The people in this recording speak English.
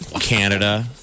Canada